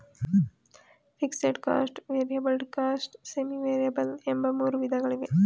fixed cost, variable cost, semi variable ಎಂಬ ಮೂರು ವಿಧಗಳಿವೆ